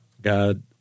God